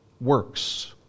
works